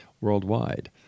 worldwide